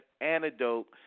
antidote